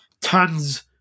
tons